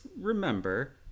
remember